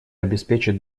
обеспечит